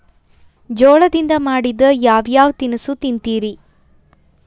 ಜೋಳದಿಂದ ಮಾಡಿದ ಯಾವ್ ಯಾವ್ ತಿನಸು ತಿಂತಿರಿ?